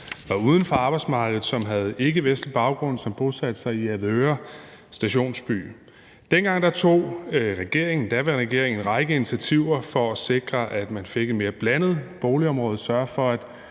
var uden for arbejdsmarkedet, som havde ikkevestlig baggrund, og som bosatte sig i Avedøre Stationsby. Dengang tog den daværende regering en række initiativer for at sikre, at man fik et mere blandet boligområde, og sørge for,